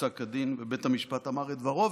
בפסק הדין, ובית המשפט אמר את דברו.